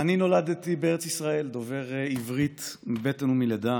אני נולדתי בארץ ישראל, דובר עברית מבטן ומלידה.